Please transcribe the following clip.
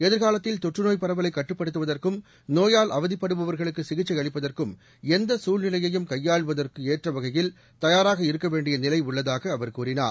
எதிர்காலத்தில் தொற்று நோய் பரவலைக் கட்டுப்படுத்துவதற்கும் நோயால் அவதிப்படுபவர்களுக்கு சிகிச்சை அளிப்பதற்கும் எந்த சூழ்நிலைபயும் கையாளுவதற்கு ஏற்ற வகையில் தயாராக இருக்க வேண்டிய நிலை உள்ளதாக அவர் கூறினார்